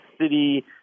city